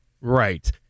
Right